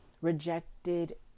rejected